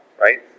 right